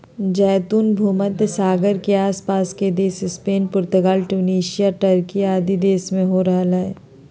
जैतून भूमध्य सागर के आस पास के देश स्पेन, पुर्तगाल, ट्यूनेशिया, टर्की आदि देश में हो रहल हई